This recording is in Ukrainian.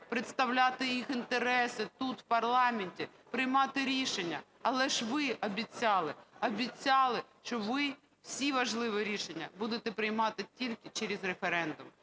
представляти їх інтереси тут, в парламенті, приймати рішення. Але ж ви обіцяли, обіцяли, що ви всі важливі рішення будете приймати тільки через референдум.